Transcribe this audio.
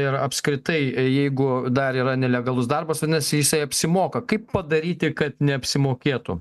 ir apskritai jeigu dar yra nelegalus darbas vadinasi jisai apsimoka kaip padaryti kad neapsimokėtų